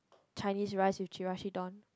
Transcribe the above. Chinese rice with Chirashi don